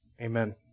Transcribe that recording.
Amen